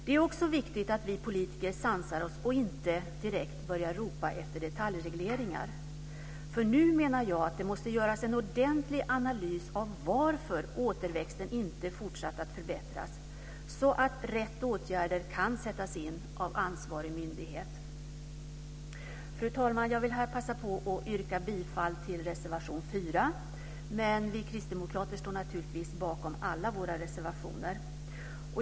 Det är också viktigt att vi politiker sansar oss och inte direkt börjar ropa efter detaljregleringar. Jag menar att det nu måste göras en ordentlig analys av varför återväxten inte har fortsatt att förbättras så att rätt åtgärder kan sättas in av ansvarig myndighet. Fru talman! Jag vill här passa på att yrka bifall till reservation 4, men vi kristdemokrater står naturligtvis bakom alla våra reservationer.